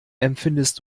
empfindest